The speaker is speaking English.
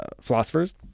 philosophers